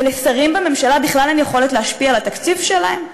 ולשרים בממשלה בכלל אין יכולת להשפיע על התקציב שלהם?